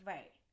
Right